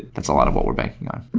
that's a lot of what we're banking on.